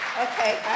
Okay